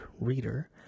reader